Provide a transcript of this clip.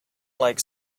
like